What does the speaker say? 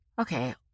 okay